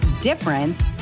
difference